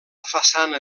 façana